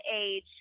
age